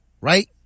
Right